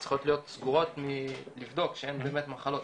צריכות להיות סגורות, לבדוק שאין באמת מחלות.